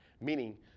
meaning